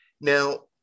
now